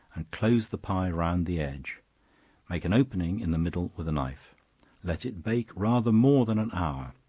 and close the pie round the edge make an opening in the middle with a knife let it bake rather more than an hour.